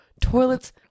toilets